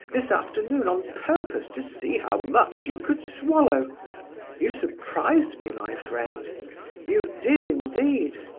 this afternoon, on purpose to see how much you could swallow you surprised me, my friend you did, indeed.